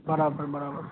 બરાબર બરાબર